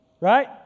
Right